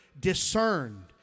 Discerned